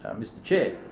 mr chair.